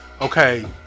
Okay